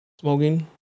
smoking